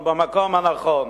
במקום הנכון.